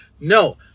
No